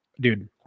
dude